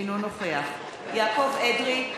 אינו נוכח יעקב אדרי,